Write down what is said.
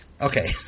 Okay